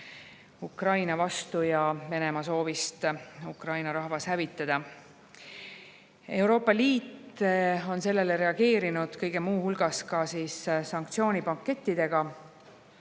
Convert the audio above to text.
Ukraina vastu ja Venemaa soovist Ukraina rahvas hävitada. Euroopa Liit on sellele reageerinud kõige muu hulgas ka sanktsioonipakettidega.